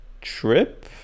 trip